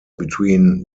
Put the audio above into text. between